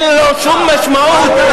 אין לו שום משמעות.